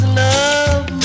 love